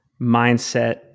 mindset